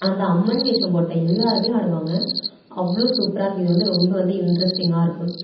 அந்த அம்மன் வேடம் போட்ட எல்லோருமே ஆடுவாங்க அவ்வளோ சூப்பராக இருக்கும் இது வந்து ரொம்ப வந்து இண்டெர்ஸ்ட்டிங்காக இருக்கும்